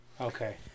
Okay